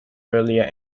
earlier